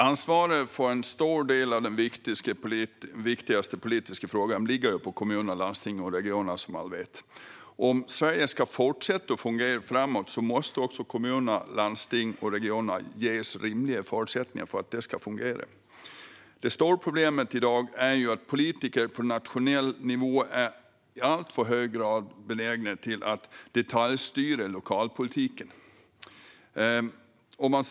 Ansvaret för en stor del av de viktigaste politiska frågorna ligger på kommuner, landsting och regioner, vilket alla här vet. Om Sverige ska fortsätta att fungera måste också kommuner, landsting och regioner ges rimliga förutsättningar att fungera. Det stora problemet i dag är att politiker på nationell nivå är benägna att i alltför hög grad detaljstyra lokalpolitiken.